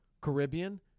Caribbean